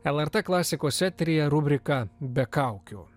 lrt klasikos eteryje rubrika be kaukių